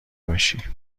باشی